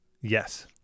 Yes